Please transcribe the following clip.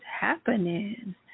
happening